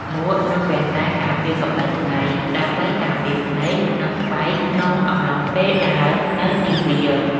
មួក និងវ៉ែនតាការពារកម្ដៅថ្ងៃ ដើម្បីការពារភ្នែក និងស្បែកក្នុងអំឡុងពេលដើរនៅទីវាល។